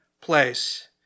place